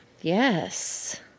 yes